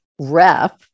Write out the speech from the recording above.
rep